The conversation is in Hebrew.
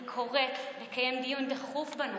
אני קוראת לקיים דיון דחוף בנושא.